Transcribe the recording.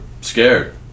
scared